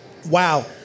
Wow